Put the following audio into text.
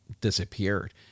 disappeared